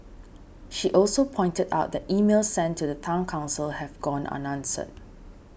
she also pointed out that emails sent to the Town Council have gone unanswered